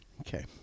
Okay